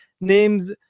names